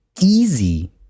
easy